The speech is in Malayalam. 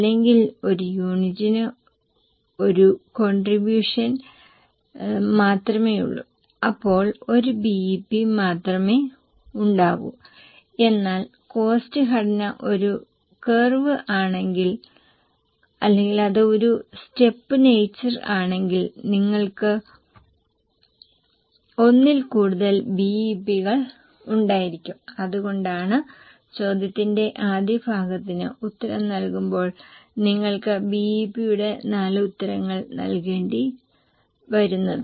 അല്ലെങ്കിൽ ഒരു യൂണിറ്റിന് ഒരു കോണ്ട്രിബൂഷൻ മാത്രമേയുള്ളൂ അപ്പോൾ ഒരു BEP മാത്രമേ ഉണ്ടാകൂ എന്നാൽ കോസ്ററ് ഘടന ഒരു കർവ് ആണെങ്കിൽ അല്ലെങ്കിൽ അത് ഒരു സ്റ്റെപ് നേച്ചർ ആണെങ്കിൽ നിങ്ങൾക്ക് ഒന്നിൽ കൂടുതൽ BEP കൾ ഉണ്ടായിരിക്കാം അതുകൊണ്ടാണ് ചോദ്യത്തിന്റെ ആദ്യ ഭാഗത്തിന് ഉത്തരം നൽകുമ്പോൾ നിങ്ങൾക്ക് BEP യുടെ നാല് ഉത്തരങ്ങൾ നൽകേണ്ടിവരുന്നത്